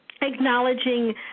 acknowledging